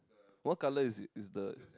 what color is it is the